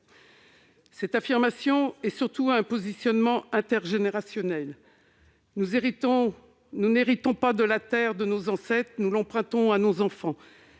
Cette affirmation découle surtout d'un positionnement intergénérationnel. « Nous n'héritons pas de la terre de nos ancêtres, nous l'empruntons à nos enfants